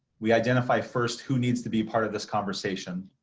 we identify first who needs to be part of this conversation.